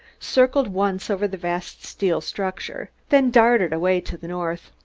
circled once over the vast steel structure, then darted away to the north.